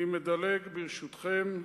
אני מדלג, ברשותכם,